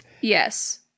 Yes